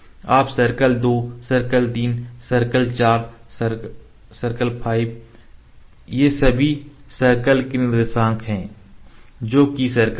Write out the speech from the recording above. आप सर्कल 2 सर्कल3 circle 4 circle 5 ये सभी सर्कल के निर्देशांक हैं जो कि सर्कल हैं